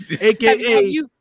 aka